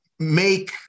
make